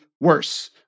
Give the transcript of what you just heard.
worse